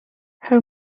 her